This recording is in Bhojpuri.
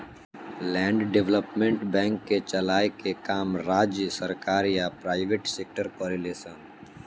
लैंड डेवलपमेंट बैंक के चलाए के काम राज्य सरकार या प्राइवेट सेक्टर करेले सन